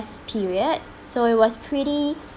~sed period so it was pretty